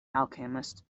alchemist